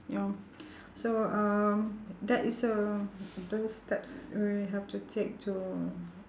you know so um that is uh those steps we have to take to